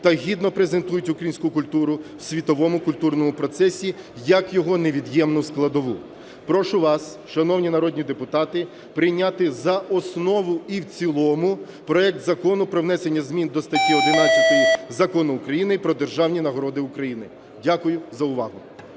та гідно презентують українську культуру в світовому культурному процесі як його невід'ємну складову. Прошу вас, шановні народні депутати, прийняти за основу і в цілому проект Закону про внесення зміни до статті 11 Закону України "Про державні нагороди України". Дякую за увагу.